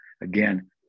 again